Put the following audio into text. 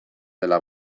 dela